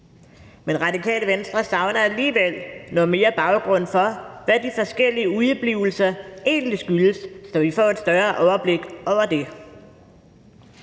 Men Radikale Venstre savner alligevel noget mere baggrund for, hvad de forskellige udeblivelser egentlig skyldes, så vi får et større overblik over det.